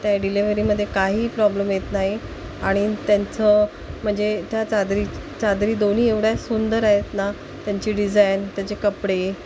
त्या डिलेवरीमध्ये काही प्रॉब्लेम येत नाही आणि त्यांचं म्हणजे त्या चादरी चादरी दोन्ही एवढ्या सुंदर आहेत ना त्यांची डिझायन त्यांचे कपडे